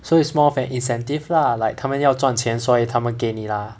so it's more of an incentive lah like 他们要赚钱所以他们给你 lah